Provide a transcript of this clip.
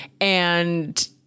And-